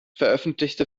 veröffentlichte